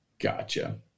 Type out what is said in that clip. Gotcha